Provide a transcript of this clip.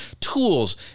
tools